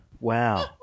Wow